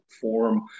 form